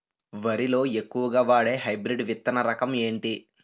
వరి లో ఎక్కువుగా వాడే హైబ్రిడ్ విత్తన రకం ఏంటి?